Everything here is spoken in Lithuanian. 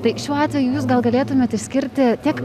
tai šiuo atveju jūs gal galėtumėt išskirti tiek